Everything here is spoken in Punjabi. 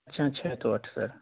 ਅੱਛਾ ਛੇ ਤੋਂ ਅੱਠ ਸਰ